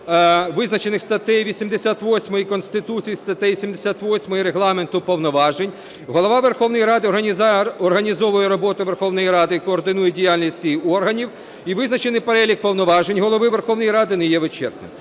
визначених статтею 88 Конституції і статтею 78 Регламенту повноважень Голова Верховної Ради організовує роботу Верховної Ради і координує діяльність її органів, і визначений перелік повноважень Голови Верховної Ради не є вичерпним.